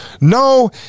No